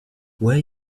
where